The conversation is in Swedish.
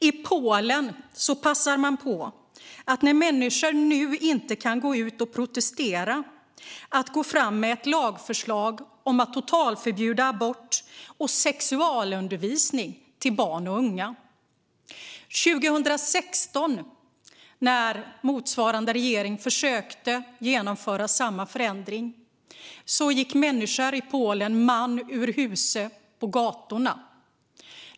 I Polen passar man nu, när människor inte kan gå ut och protestera, på att gå fram med ett lagförslag om att totalförbjuda dels abort, dels sexualundervisning till barn och unga. När motsvarande regering försökte genomföra samma förändring 2016 gick människor i Polen man ur huse på gatorna.